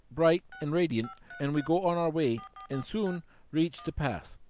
bright and radiant and we go on our way and soon reach the pass.